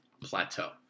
plateau